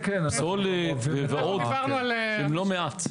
לא מעט.